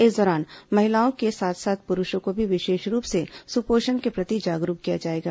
इस दौरान महिलाओं के साथ साथ पुरूषों को भी विशेष रूप से सुपोषण के प्रति जागरूक किया जाएगा